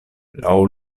laŭ